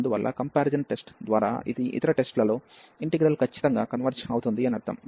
అందువల్ల comparison test ద్వారా ఇది ఇతర టెస్ట్ లలో ఇంటిగ్రల్ ఖచ్చితంగా కన్వర్జ్ అవుతుంది అని అర్ధం